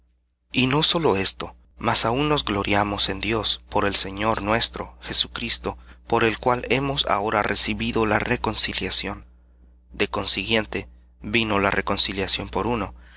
y no sólo esto mas aun nos gloriamos en dios por el señor nuestro jesucristo por el cual hemos ahora recibido la reconciliación de consiguiente